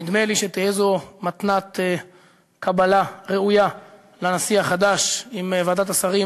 נדמה לי שתהא זו מתנת קבלה ראויה לנשיא החדש אם ועדת השרים